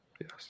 Yes